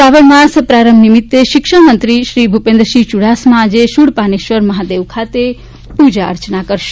શ્રાવણ માસ પ્રારંભ નિમિત્તે શિક્ષણ મંત્રી ભૂપેન્દ્રસિંહ ચુડાસમા આજે શુળ પાનેશ્વર મહાદેવ ખાતે પુર્જા અર્ચના કરશે